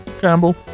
Campbell